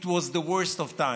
it was the worst of times,